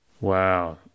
wow